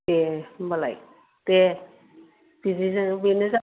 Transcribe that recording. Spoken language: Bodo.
ए होमबालाय दे बिदिनो बेनो जाथोंसै